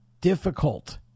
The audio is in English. difficult